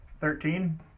Thirteen